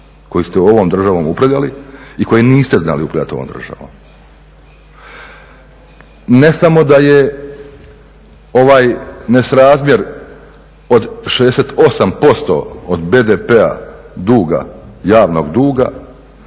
koji ste ovom državom upravljali i koji niste znali upravljati ovom državom. Ne samo da je ovaj nesrazmjer od 68% od BDP-a duga, javnog duga,